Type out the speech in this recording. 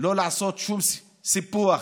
לא לעשות שום סיפוח.